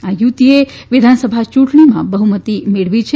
આ યુતિ એ વીધાનસભા યુંટણીમાં બહુમતી મેળવી છે